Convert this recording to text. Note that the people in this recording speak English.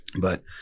But-